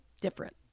different